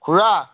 খুড়া